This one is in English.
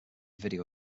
video